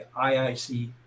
IIC